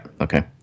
Okay